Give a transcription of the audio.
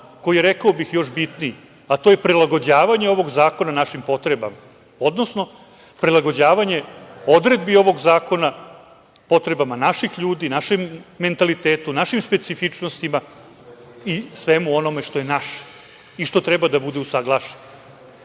koji je, rekao bih još bitniji, a to je prilagođavanje ovog zakona našim potrebama, odnosno prilagođavanje odredbi ovog zakona potrebama naših ljudi, našem mentalitetu, našim specifičnostima i svemu onome što je naše i što treba da bude usaglašeno. Ja